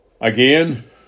again